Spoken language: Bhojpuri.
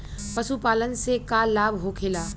पशुपालन से का लाभ होखेला?